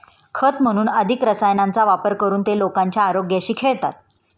खत म्हणून अधिक रसायनांचा वापर करून ते लोकांच्या आरोग्याशी खेळतात